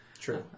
true